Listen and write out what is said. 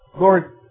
Lord